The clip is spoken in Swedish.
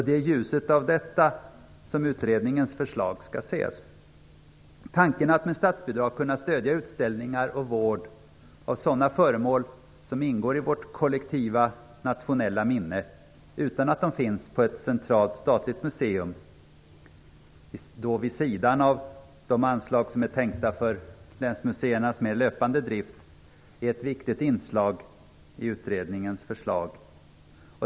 Det är i ljuset av detta som utredningens förslag skall ses. Tanken att med statsbidrag kunna stödja utställningar och vård av sådana föremål som ingår i vårt kollektiva nationella minne utan att de finns på ett centralt statligt museum, vid sidan av de anslag som är tänkta för länsmuseernas mer löpande drift, är ett viktigt inslag i utredningens förslag.